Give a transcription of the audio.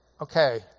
okay